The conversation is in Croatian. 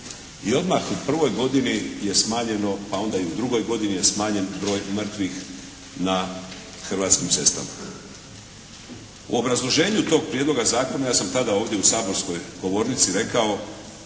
i odmah u prvoj godini je smanjeno, pa onda i u drugoj godini je smanjen broj mrtvih na Hrvatskim cestama. U obrazloženju tog Prijedloga zakona ja sam tada ovdje u saborskoj govornici rekao,